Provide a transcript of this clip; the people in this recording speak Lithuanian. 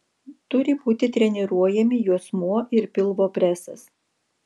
turi būti treniruojami juosmuo ir pilvo presas